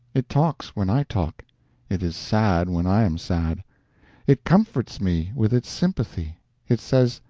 it talks when i talk it is sad when i am sad it comforts me with its sympathy it says,